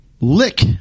lick